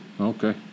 Okay